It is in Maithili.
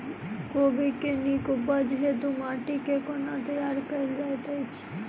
कोबी केँ नीक उपज हेतु माटि केँ कोना तैयार कएल जाइत अछि?